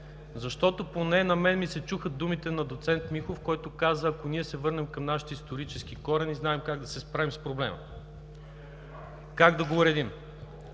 защото поне на мен ми се чуха думите на доцент Михов, който каза: ако ние се върнем към нашите исторически корени, знаем как да се справим с проблема, как да го уредим.